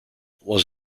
was